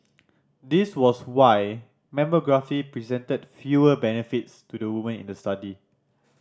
this was why mammography presented fewer benefits to the women in the study